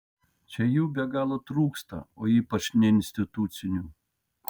čia jų be galo trūksta o ypač neinstitucinių